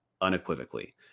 unequivocally